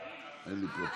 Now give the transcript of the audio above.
הפעם